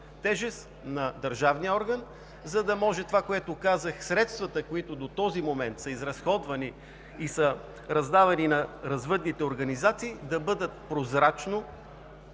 тежест на държавния орган, за да може средствата, които до този момент са изразходвани и са раздавани на развъдните организации, да бъдат по-прозрачни